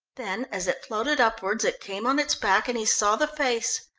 then as it floated upwards it came on its back, and he saw the face.